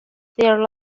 their